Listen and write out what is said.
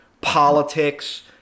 politics